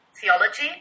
theology